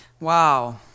Wow